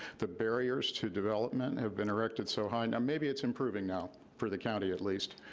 the barriers to development have been erected so high, now maybe it's improving now for the county at least,